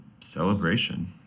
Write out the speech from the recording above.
celebration